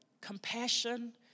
compassion